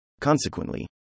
Consequently